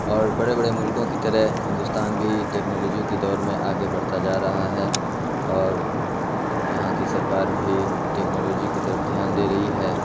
اور بڑے بڑے ملکوں کی طرح ہندوستان بھی ٹیکنالوجی کے دور میں آگے بڑھتا جا رہا ہے اور یہاں کی سرکار بھی ٹیکنالوجی کی طرف دھیان دے رہی ہے